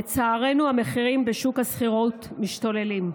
לצערנו, המחירים בשוק השכירות משתוללים.